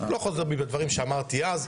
אני לא חוזר בי מדברים שאמרתי אז,